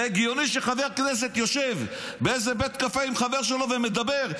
זה הגיוני שחבר כנסת יושב באיזה בית קפה עם חבר שלו ומדבר,